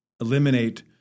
eliminate